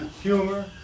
humor